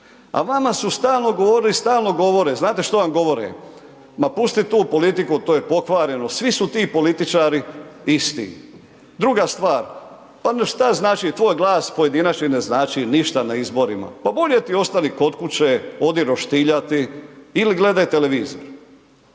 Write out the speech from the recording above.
A vama su stalno govorili i stalno govore, znate što vam govore? Ma pusti tu politiku, to je pokvareno, svi su ti političari isti. Druga stvar, šta znači tvoj glas, pojedinačni ne znači ništa na izborima, pa bolje ti ostani kod kuće, odi roštiljati, ili gledaj televizor.